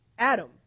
Adam